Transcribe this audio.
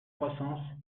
croissance